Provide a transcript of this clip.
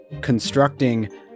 constructing